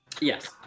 Yes